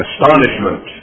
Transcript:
Astonishment